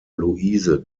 luise